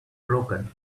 broken